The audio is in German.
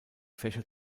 fächer